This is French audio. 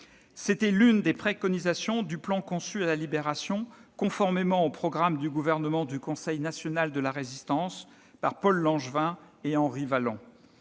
C'était l'une des préconisations du plan conçu, à la Libération, conformément au programme de gouvernement du Conseil national de la Résistance, par Paul Langevin et Henri Wallon.